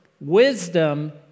wisdom